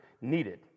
needed